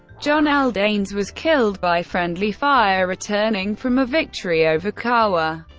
john l. dains was killed by friendly fire returning from a victory over kaawa.